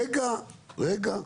רגע, רגע.